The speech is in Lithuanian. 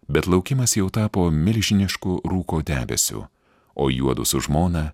bet laukimas jau tapo milžinišku rūko debesiu o juodu su žmona